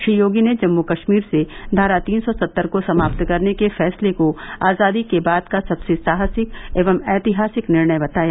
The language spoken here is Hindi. श्री योगी ने जम्मू कश्मीर से धारा तीन सौ सत्तर को समाप्त करने के फैसले को आजादी के बाद का सबसे साहसिक एवं ऐतिहासिक निर्णय बताया